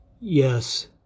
Yes